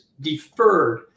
deferred